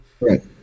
Right